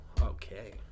Okay